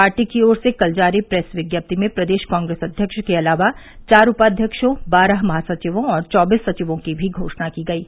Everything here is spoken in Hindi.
पार्टी की ओर से कल जारी प्रेस विज्ञप्ति में प्रदेश कॉग्रेस अध्यक्ष के अलावा चार उपाध्यक्षों बारह महासचिवों और चौबीस सचिवों की भी घोषणा की गयी